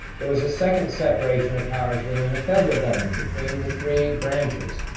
there was a second separation of powers within the federal government between the three branches.